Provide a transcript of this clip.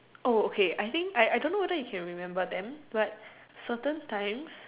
oh okay I think I I don't know whether you can remember them but certain times